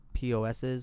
POSs